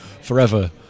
forever